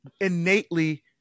innately